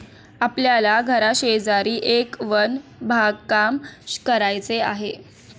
आपल्या घराशेजारी एक वन बागकाम करायचे आहे